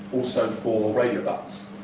also for radio buttons.